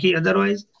otherwise